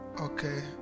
okay